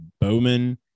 Bowman